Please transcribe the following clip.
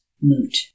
moot